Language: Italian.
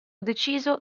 deciso